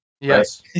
Yes